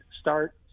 start –